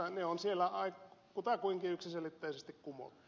ne on siellä kuta kuinkin yksiselitteisesti kumottu